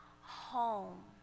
home